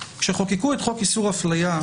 כשחוקקו את חוק איסור אפליה,